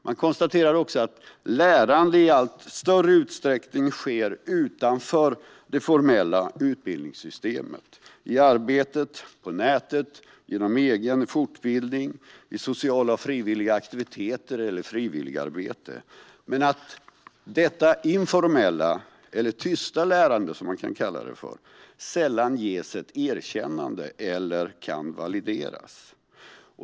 Man konstaterar också att lärande i allt större utsträckning sker utanför det formella utbildningssystemet - i arbetet, på nätet, genom egen fortbildning, i sociala och frivilliga aktiviteter eller genom frivilligarbete - men att detta informella lärande, eller tysta lärande, som man kan kalla det för, sällan ges ett erkännande eller kan valideras.